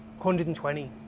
120